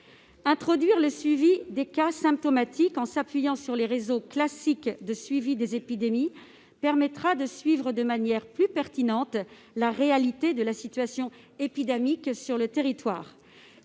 Introduire le suivi des cas symptomatique en s'appuyant sur les réseaux classiques de suivi des épidémies permettra de contrôler de manière plus pertinente la réalité de la situation épidémique sur le territoire.